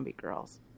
Girls